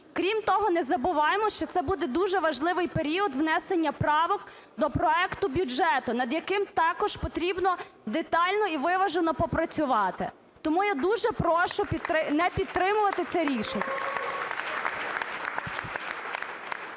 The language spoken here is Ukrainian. Крім того, не забуваймо, що це буде дуже важливий період внесення правок до проекту бюджету, над яким також потрібно детально і виважено попрацювати. Тому я дуже прошу не підтримувати це рішення.